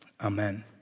Amen